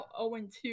0-2